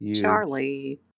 Charlie